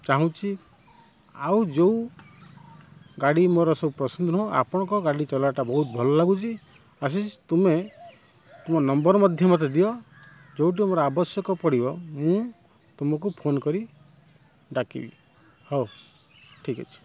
ଚାହୁଁଛି ଆଉ ଯେଉଁ ଗାଡ଼ି ମୋର ସବୁ ପସନ୍ଦ ନୁହଁ ଆପଣଙ୍କ ଗାଡ଼ିଚଲା ବହୁତ ଭଲ ଲାଗୁଛି ଆଶିଷ ତୁମେ ତୁମ ନମ୍ବର୍ ମଧ୍ୟ ମତେ ଦିଅ ଯେଉଁଠି ମୋର ଆବଶ୍ୟକ ମୋର ପଡ଼ିବ ମୁଁ ତୁମକୁ ଫୋନ୍ କରି ଡ଼ାକିବି ହଉ ଠିକ୍ ଅଛି